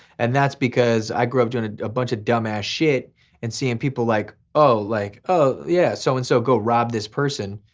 and that's because i grew up doing a bunch of dumb ass shit and seeing people like oh like oh yeah so and so go rob this person.